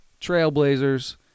Trailblazers